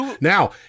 now